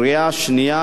עברה בקריאה שלישית,